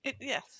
yes